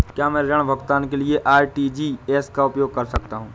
क्या मैं ऋण भुगतान के लिए आर.टी.जी.एस का उपयोग कर सकता हूँ?